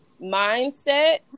mindset